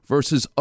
Versus